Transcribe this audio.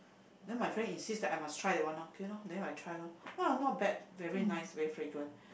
then my friend insists that I must try that one lor K lor then I try lor !wah! not bad very nice very fragrant